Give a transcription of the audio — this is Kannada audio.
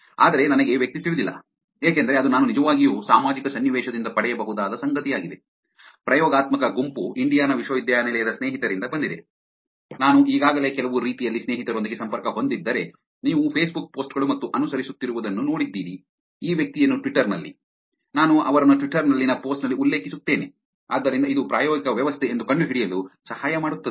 ಆದರೆ ನನಗೆ ವ್ಯಕ್ತಿ ತಿಳಿದಿಲ್ಲ ಏಕೆಂದರೆ ಅದು ನಾನು ನಿಜವಾಗಿಯೂ ಸಾಮಾಜಿಕ ಸನ್ನಿವೇಶದಿಂದ ಪಡೆಯಬಹುದಾದ ಸಂಗತಿಯಾಗಿದೆ ಪ್ರಯೋಗಾತ್ಮಕ ಗುಂಪು ಇಂಡಿಯಾನಾ ವಿಶ್ವವಿದ್ಯಾಲಯದ ಸ್ನೇಹಿತರಿಂದ ಬಂದಿದೆ ನಾನು ಈಗಾಗಲೇ ಕೆಲವು ರೀತಿಯಲ್ಲಿ ಸ್ನೇಹಿತರೊಂದಿಗೆ ಸಂಪರ್ಕ ಹೊಂದಿದ್ದರೆ ನೀವು ಫೇಸ್ಬುಕ್ ಪೋಸ್ಟ್ ಗಳು ಮತ್ತು ಅನುಸರಿಸುತ್ತಿರುವುದನ್ನು ನೋಡಿದ್ದೀರಿ ಈ ವ್ಯಕ್ತಿಯನ್ನು ಟ್ವಿಟ್ಟರ್ ನಲ್ಲಿ ನಾನು ಅವರನ್ನು ಟ್ವಿಟರ್ ನಲ್ಲಿನ ಪೋಸ್ಟ್ ನಲ್ಲಿ ಉಲ್ಲೇಖಿಸುತ್ತೇನೆ ಆದ್ದರಿಂದ ಇದು ಪ್ರಾಯೋಗಿಕ ವ್ಯವಸ್ಥೆ ಎಂದು ಕಂಡುಹಿಡಿಯಲು ಸಹಾಯ ಮಾಡುತ್ತದೆ